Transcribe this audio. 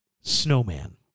snowman